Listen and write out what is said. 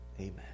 Amen